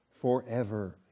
forever